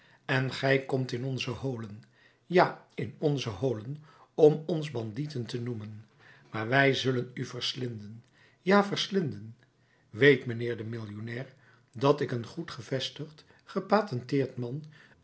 en gij komt in onze holen ja in onze holen om ons bandieten te noemen maar wij zullen u verslinden ja verslinden weet mijnheer de millionair dat ik een goed gevestigd gepatenteerd man